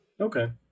Okay